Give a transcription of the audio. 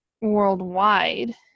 worldwide